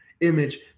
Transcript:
image